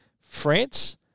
France